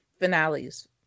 finales